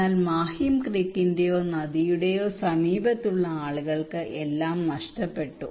എന്നാൽ മാഹിം ക്രീക്കിന്റെയോ നദിയുടെയോ സമീപത്തുള്ള ആളുകൾക്ക് എല്ലാം നഷ്ടപ്പെട്ടു